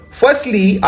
firstly